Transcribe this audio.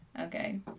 Okay